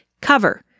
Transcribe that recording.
Cover